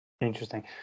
Interesting